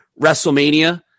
WrestleMania